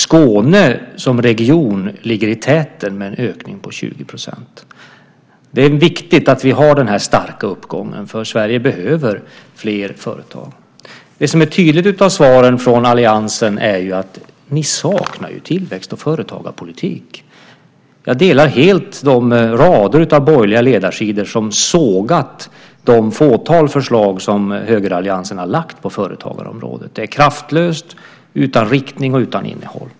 Skåne som region ligger i täten med en ökning på 20 %. Det är viktigt att vi har den här starka uppgången, för Sverige behöver fler företag. Det som är tydligt i svaren från alliansen är att ni saknar tillväxt och företagarpolitik. Jag delar helt de rader av borgerliga ledarsidor som sågat det fåtal förslag som högeralliansen har lagt fram på företagarområdet. De är kraftlösa, utan riktning och utan innehåll.